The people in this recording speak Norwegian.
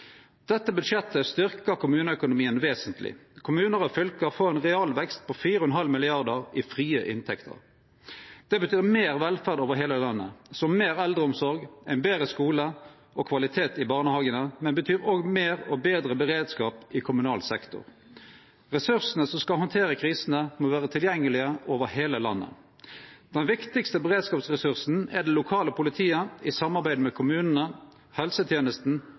Dette budsjettet styrkjer kommuneøkonomien vesentleg. Kommunar og fylke får ein realvekst på 4,5 mrd. kr i frie inntekter. Det betyr meir velferd over heile landet, som meir eldreomsorg, ein betre skule og kvalitet i barnehagane, men det betyr òg meir og betre beredskap i kommunal sektor. Ressursane som skal handtere krisene, må vere tilgjengelege over heile landet. Den viktigaste beredskapsressursen er det lokale politiet i samarbeid med kommunane,